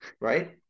right